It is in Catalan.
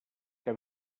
que